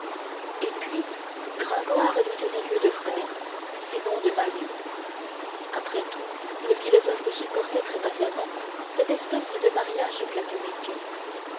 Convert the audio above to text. et puis gringoire lui tenait lieu de frère sinon de mari après tout le philosophe supportait très patiemment cette espèce de mariage platonique